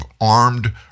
armed